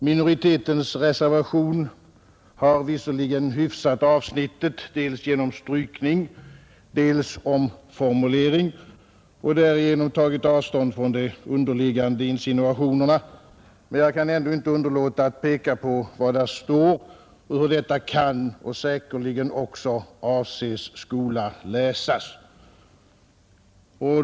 Minoritetens reservation har visserligen hyfsat avsnittet dels genom strykning, dels genom omformulering och därigenom tagit avstånd från de underliggande insinuationerna, men jag kan ändå inte underlåta att peka på vad där står och hur detta kan — och säkerligen också avses skola — läsas.